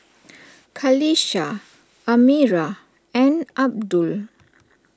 Qalisha Amirah and Abdul